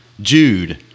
Jude